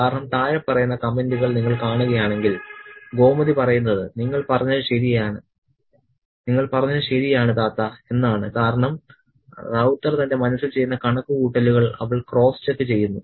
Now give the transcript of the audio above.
കാരണം താഴെ പറയുന്ന കമന്റുകൾ നിങ്ങൾ കാണുകയാണെങ്കിൽ ഗോമതി പറയുന്നത് നിങ്ങൾ പറഞ്ഞത് ശരിയാണ് താത്ത എന്നാണ് കാരണം റൌത്തർ തന്റെ മനസ്സിൽ ചെയ്യുന്ന കണക്കുകൂട്ടലുകൾ അവൾ ക്രോസ് ചെക്ക് ചെയ്യുന്നു